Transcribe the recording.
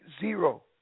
zero